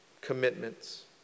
commitments